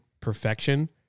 perfection